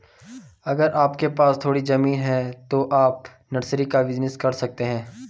अगर आपके पास थोड़ी ज़मीन है तो आप नर्सरी का बिज़नेस कर सकते है